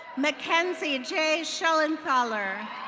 mackenzie j shellencaller.